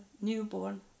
newborn